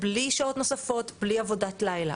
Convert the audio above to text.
בלי שעות נוספות, בלי עבודת לילה.